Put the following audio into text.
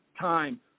time